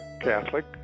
Catholic